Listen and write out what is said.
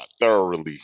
Thoroughly